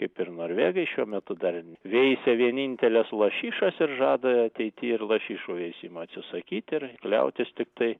kaip ir norvegai šiuo metu dar ir veisia vieninteles lašišas ir žada ateity ir lašišų veisimo atsisakyti ir kliautis tiktai